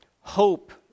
hope